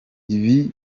ibi